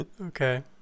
Okay